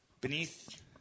beneath